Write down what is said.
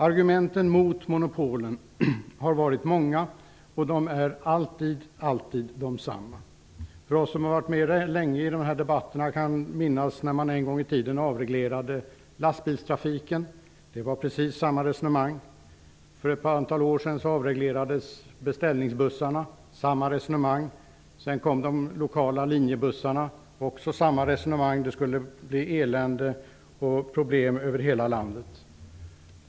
Argumenten mot monopolen har varit många, och de är alltid desamma. Vi som har varit med länge i de här debatterna kan minnas när man en gång i tiden avreglerade lastbilstrafiken - det var precis samma sak. För ett antal år sedan avreglerades beställningsbussarna - det var samma resonemang. Sedan kom de lokala linjebussarna - det var samma resonemang. Det skulle bli elände och problem över hela landet.